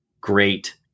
great